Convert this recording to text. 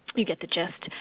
you get the gist.